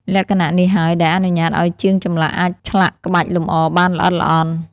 លក្ខណៈនេះហើយដែលអនុញ្ញាតឱ្យជាងចម្លាក់អាចឆ្លាក់ក្បាច់លម្អបានល្អិតល្អន់។